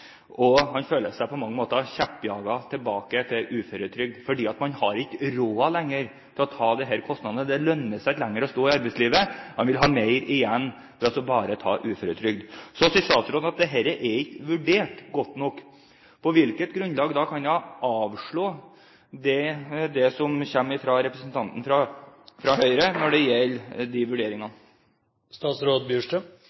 og man føler seg på mange måter kjeppjaget tilbake til uføretrygd fordi man ikke lenger har råd til å ta disse kostnadene. Det lønner seg ikke lenger å stå i arbeid, man vil ha mer igjen ved bare å ta uføretrygd. Så sier statsråden at dette ikke er vurdert godt nok. På hvilket grunnlag kan hun da avslå det som kommer fra representanten fra Høyre når det gjelder de